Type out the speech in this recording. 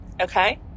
okay